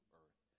earth